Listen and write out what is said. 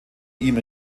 ihm